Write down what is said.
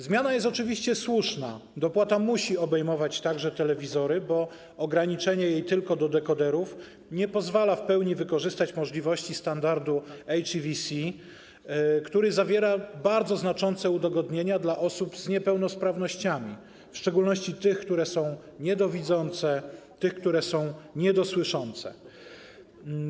Zmiana jest oczywiście słuszna, dopłata musi obejmować także telewizory, bo ograniczenie jej tylko do dekoderów nie pozwala w pełni wykorzystać możliwości standardu HEVC, który zawiera bardzo znaczące udogodnienia dla osób z niepełnosprawnościami, w szczególności tych, które są niedowidzące, tych, które są niedosłyszące.